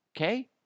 okay